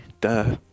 Duh